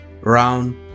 round